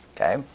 Okay